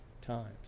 times